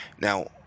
Now